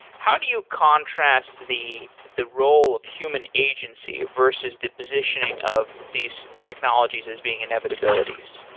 how do you contrast the the role of human agency versus the positioning of these technologies as being inevitabilities?